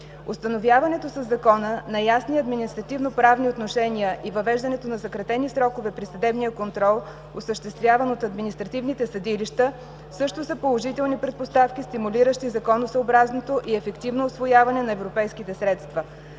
Установяването със Закона на ясни административноправни отношения и въвеждането на съкратени срокове при съдебния контрол, осъществяван от административните съдилища, също са положителни предпоставки, стимулиращи законосъобразното и ефективно усвояване на европейските средства.